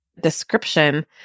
description